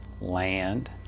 land